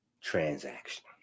transaction